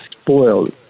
spoiled